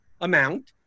amount